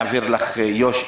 יוכי, אני אעביר לך אחרי זה.